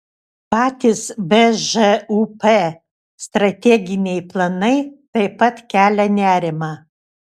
patys bžūp strateginiai planai taip pat kelia nerimą